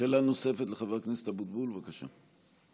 שאלה נוספת לחבר הכנסת אבוטבול, בבקשה.